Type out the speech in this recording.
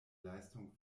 leistung